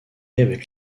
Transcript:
avec